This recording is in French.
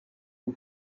mon